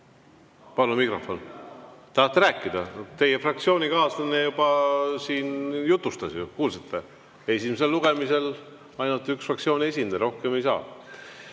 Palun mikrofon! Tahate rääkida? Teie fraktsioonikaaslane juba siin jutustas ju. Kuulsite? Esimesel lugemisel ainult üks fraktsiooni esindaja, rohkem ei saa.